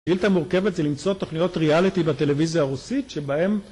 המורכבת זה למצוא תוכניות ריאליטי בטלוויזיה הרוסית שבהן...